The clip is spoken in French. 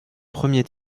premier